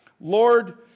Lord